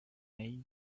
made